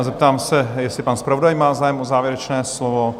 Zeptám se, jestli pan zpravodaj má zájem o závěrečné slovo?